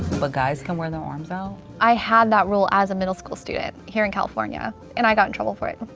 but guys can wear their arms out? i had that rule as a middle school student here in california. and i got in trouble for it.